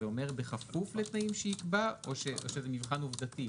זה אומר בכפוף לתנאי שיקבע או זה מבחן עובדתי?